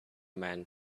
men